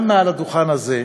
וגם מעל הדוכן הזה,